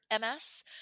MS